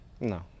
No